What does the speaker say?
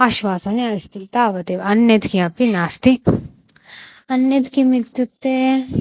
आश्वासनम् अस्ति तावदेव अन्यत् किमपि नास्ति अन्यत् किम् इत्युक्ते